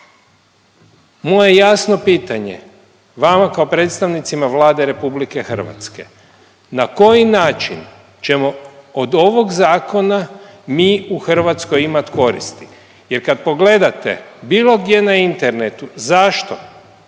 Moje jasno pitanje vama kao predstavnicima Vlade RH, na koji način ćemo od ovog zakona mi u Hrvatskoj imat koristi? Jer kad pogledate bilo gdje na internetu zašto